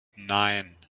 nine